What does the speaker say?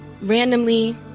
randomly